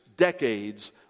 decades